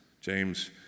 James